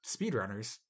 Speedrunners